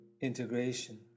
integration